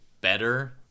better